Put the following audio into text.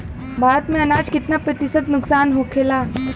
भारत में अनाज कितना प्रतिशत नुकसान होखेला?